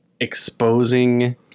exposing